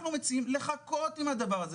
אנחנו מציעים לחכות עם הדבר הזה.